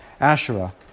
Asherah